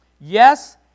Yes